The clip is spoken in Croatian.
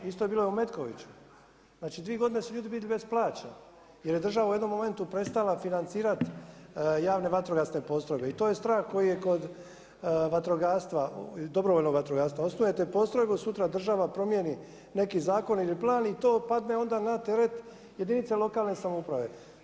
Isto je bilo u Metkoviću, znači 2 godine su ljudi bili bez plaća jer je država u jednom momentu prestala financirati javne postrojbe i to je strah koji je kod vatrogastva, dobrovoljnog vatrogastva osnujete postrojbu, a sutra država promijeni neki zakon ili plan i to padne onda na teret jedinica lokalne samouprave.